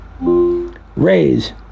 Raise